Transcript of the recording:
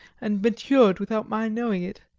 and matured without my knowing it.